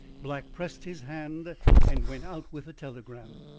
black pressed his hand and went out with the telegram.